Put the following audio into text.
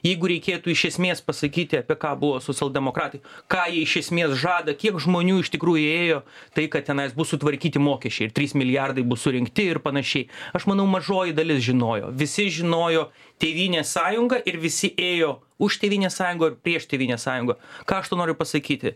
jeigu reikėtų iš esmės pasakyti apie ką buvo socialdemokratai ką jie iš esmės žada kiek žmonių iš tikrųjų ėjo tai kad tenais bus sutvarkyti mokesčiai ir trys milijardai bus surinkti ir panašiai aš manau mažoji dalis žinojo visi žinojo tėvynės sąjunga ir visi ėjo už tėvynės sąjungą prieš tėvynės sąjungą ką aš tuo noriu pasakyti